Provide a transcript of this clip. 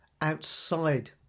outside